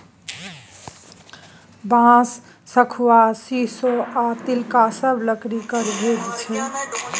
बांस, शखुआ, शीशो आ तिलका सब लकड़ी केर भेद छै